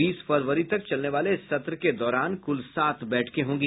बीस फरवरी तक चलने वाले इस सत्र के दौरान कुल सात बैठकें होंगी